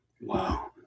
Wow